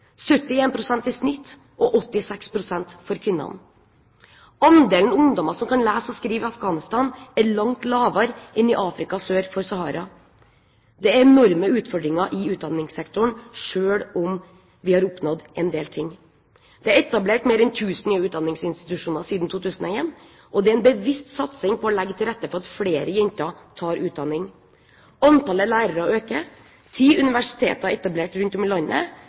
i snitt og 86 pst. for kvinnene. Andelen ungdommer som kan lese og skrive i Afghanistan, er langt lavere enn i Afrika sør for Sahara. Det er enorme utfordringer i utdanningssektoren, selv om vi har oppnådd en del ting. Det er etablert mer enn 1 000 nye utdanningsinstitusjoner siden 2001, og det er en bevisst satsing på å legge til rette for at flere jenter tar utdanning. Antallet lærere øker, ti universiteter er etablert rundt om i landet,